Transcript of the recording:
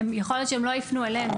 הם יכול להיות שהם לא יפנו אלינו.